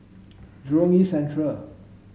Jurong East Central